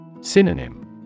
Synonym